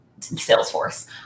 Salesforce